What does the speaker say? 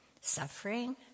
suffering